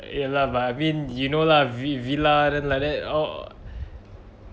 ya lah but I mean you know lah v~ villa then like that all